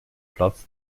platz